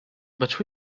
but